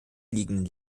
liegenden